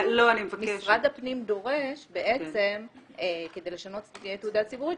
משרד הפנים דורש בעצם כדי לשנות סעיף בתעודה ציבורית,